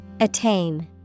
Attain